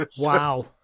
wow